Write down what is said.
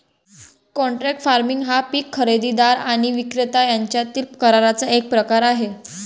contract farming हा पीक खरेदीदार आणि विक्रेता यांच्यातील कराराचा एक प्रकार आहे